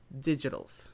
digitals